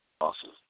Awesome